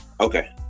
Okay